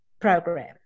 program